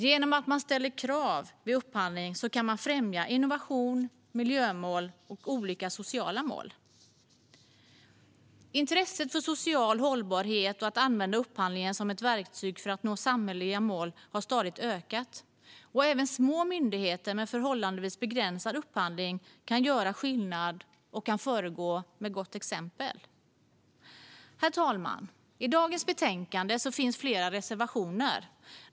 Genom att man ställer krav vid upphandling kan man främja innovation, miljömål och olika sociala mål. Intresset för social hållbarhet och att använda upphandlingen som ett verktyg för att nå samhälleliga mål har stadigt ökat. Även små myndigheter med förhållandevis begränsad upphandling kan göra skillnad och föregå med gott exempel. Herr talman! I dagens betänkande finns flera reservationer.